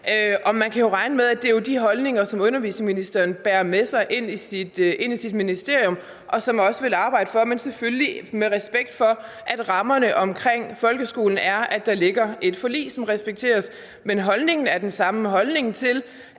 man kan jo regne med, at det er de holdninger, som undervisningsministeren bærer med sig ind i sit ministerium, og som hun også vil arbejde for, men selvfølgelig med respekt for, at rammerne om folkeskolen er, at der ligger et forlig, som respekteres. Men holdningen er den samme, altså holdningen til,